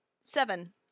Seven